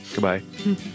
Goodbye